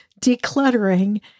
decluttering